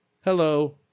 Hello